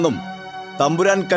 Tamburan